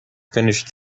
finished